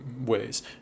ways